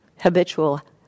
habitual